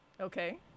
Okay